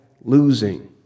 losing